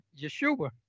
Yeshua